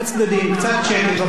קריאות ביניים במשורה.